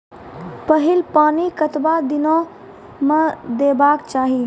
पहिल पानि कतबा दिनो म देबाक चाही?